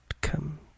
come